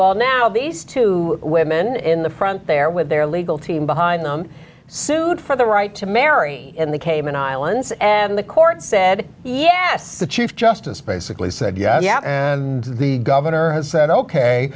well now these two women in the front there with their legal team behind them sued for the right to marry in the cayman islands and the courts said yes the chief justice basically said yeah and the governor has said ok